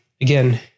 Again